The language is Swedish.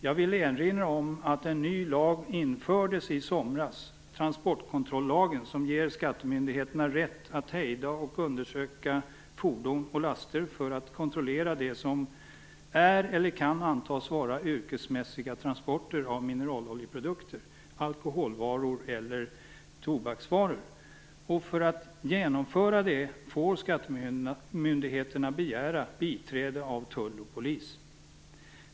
Jag vill erinra om att en ny lag infördes i somras, transportkontrollagen, som ger skattemyndigheten rätt att hejda och undersöka fordon och laster för att kontrollera det som är eller kan antas vara yrkesmässiga transporter av mineraloljeprodukter, alkoholvaror eller tobaksvaror. För att genomföra detta får skattemyndigheten begära biträde av tull och polis.